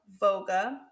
Voga